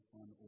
on